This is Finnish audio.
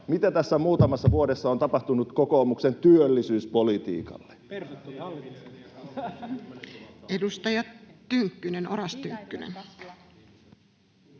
Mitä tässä muutamassa vuodessa on tapahtunut kokoomuksen työllisyyspolitiikalle? Edustaja Oras Tynkkynen.